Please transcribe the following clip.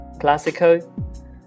classical